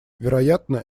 вероятно